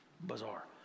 Bizarre